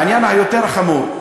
העניין היותר-חמור: